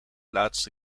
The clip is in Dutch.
laatste